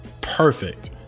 Perfect